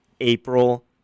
April